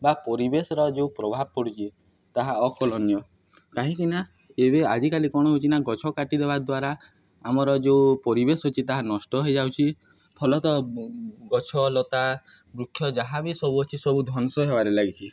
ବା ପରିବେଶର ଯେଉଁ ପ୍ରଭାବ ପଡ଼ୁଛି ତାହା ଅକଲନ୍ୟ କାହିଁକି ନା ଏବେ ଆଜିକାଲି କଣ ହଉଛି ନା ଗଛ କାଟିଦବା ଦ୍ୱାରା ଆମର ଯେଉଁ ପରିବେଶ ଅଛି ତାହା ନଷ୍ଟ ହେଇଯାଉଛି ଫଲତଃ ଗଛ ଲତା ବୃକ୍ଷ ଯାହା ବି ସବୁ ଅଛି ସବୁ ଧଂସ ହେବାରେ ଲାଗିଛି